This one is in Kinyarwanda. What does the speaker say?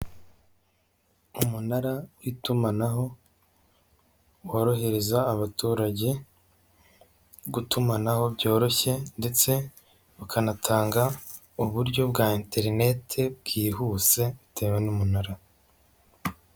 Umunara w'itumanaho worohereza abaturage gutumanaho byoroshye ndetse ukanatanga uburyo bwa interinete bwihuse bitewe n'umunara.